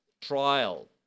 trial